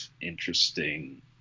interesting